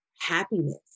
happiness